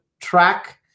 track